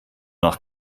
nach